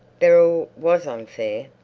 beryl was unfair.